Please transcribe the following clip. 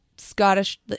Scottish